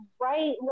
right